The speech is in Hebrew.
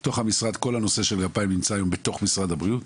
כל הנושא של גפיים נמצא היום במשרד הבריאות,